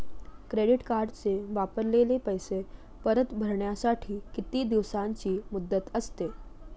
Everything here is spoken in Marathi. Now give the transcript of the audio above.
क्रेडिट कार्डचे वापरलेले पैसे परत भरण्यासाठी किती दिवसांची मुदत असते?